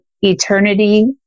Eternity